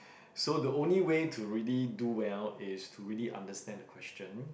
so the only way to really do well is to really understand the question